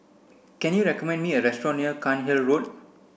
can you recommend me a restaurant near Cairnhill Road